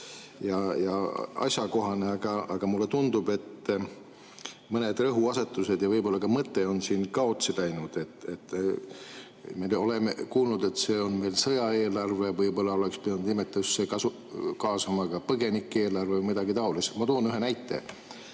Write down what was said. ja asjakohane, aga mulle tundub, et mõned rõhuasetused ja võib-olla ka mõte on siin kaotsi läinud. Me oleme kuulnud, et see on meil sõjaeelarve, aga võib-olla oleks pidanud nimetusse kaasama ka "põgenike-"eelarve või midagi taolist. Ma toon ühe näite.